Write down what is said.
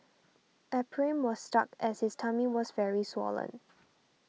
Ephraim was stuck as his tummy was very swollen